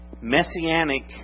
messianic